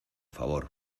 favor